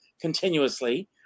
continuously